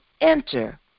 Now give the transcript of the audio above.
enter